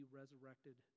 resurrected